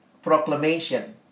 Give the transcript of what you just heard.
proclamation